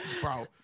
bro